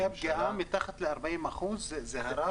הפגיעה מתחת ל-40% זה הרף?